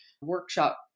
workshop